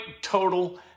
total